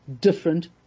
different